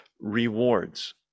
rewards